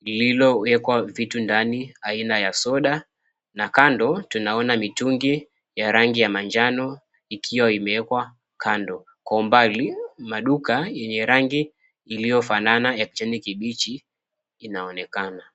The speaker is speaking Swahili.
lililowekwa vitu ndani aina ya soda, na kando tunaona mitungi ya rangi ya manjano ikiwa imewekwa kando. Kwa umbali, maduka yenye rangi iliyofanana ya kijani kibichi inaonekana.